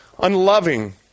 Unloving